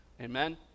amen